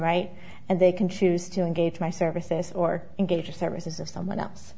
rights and they can choose to engage my services or engage or services of someone else